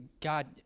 God